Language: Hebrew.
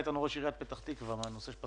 חבר הכנסת אוסמה סעדי, ואחריו חבר הכנסת לוי.